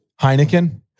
Heineken